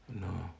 No